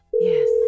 Yes